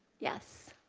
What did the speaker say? yes.